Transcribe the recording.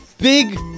big